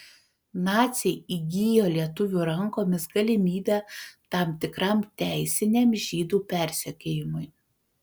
naciai įgijo lietuvių rankomis galimybę tam tikram teisiniam žydų persekiojimui